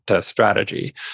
strategy